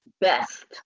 best